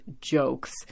jokes